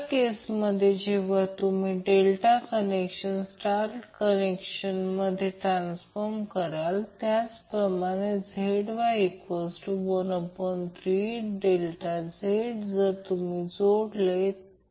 म्हणून हे voltage Van आहे हे Vbn आहे आणि हे त्याचप्रमाणे Vcn आहे म्हणजे याचा अर्थ असा की मुळात एक समान मॅग्नेट आहे जर तो फिरत असेल आणि सभोवताली एक स्थिर भाग आहे ज्याला स्टेटर म्हणतात जेथे वायंडीग 120° वेगळे ठेवल्या जातात मॅग्नेट फिरत असताना 120° वेगळे असतात